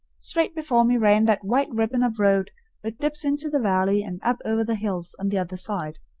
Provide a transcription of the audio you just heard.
straight before me ran that white ribbon of road that dips into the valley and up over the hills on the other side.